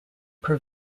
per